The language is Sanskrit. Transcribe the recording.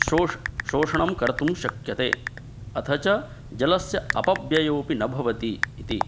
शोष् शोषणं कर्तुं शक्यते अथ च जलस्य अपव्ययोऽपि न भवति इति